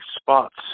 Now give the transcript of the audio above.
spots